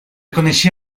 coneixia